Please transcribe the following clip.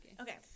Okay